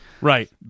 Right